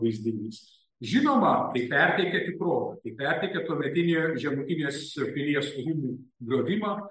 vaizdinys žinoma perteikia tikrovę tai perteikia tuometinę žemutinės pilies rūmų griovimą